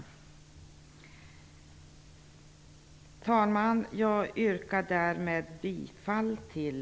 Herr talman! Jag yrkar därmed bifall till